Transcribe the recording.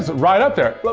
right up there,